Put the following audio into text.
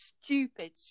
stupid